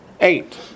Eight